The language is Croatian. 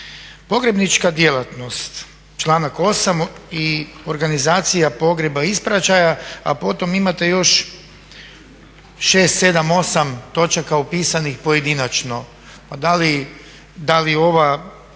Pogrebnička djelatnost, članak 8. i organizacija pogreba ispraćaja a potom imate još 6, 7, 8 točaka opisanih pojedinačno. Pa da li ova